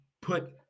put